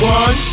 one